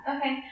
Okay